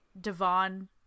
Devon